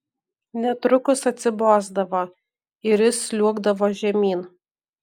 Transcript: netrukus atsibosdavo ir jis sliuogdavo žemyn